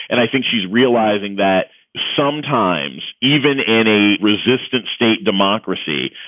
and i think she's realizing that sometimes even in a resistant state democracy,